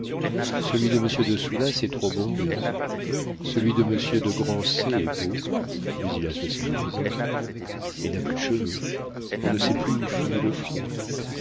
celui de monsieur de soulas est trop bombé celui de monsieur de grancey est beau mais il a soixante-dix ans et n'a plus de cheveux on ne sait plus où finit le front